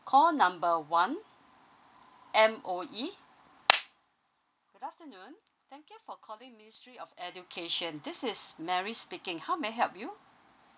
call number one M_O_E good afternoon thank you for calling ministry of education this is mary speaking how may I help you